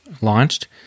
launched